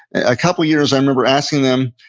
a couple years, i remember asking them,